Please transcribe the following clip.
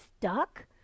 stuck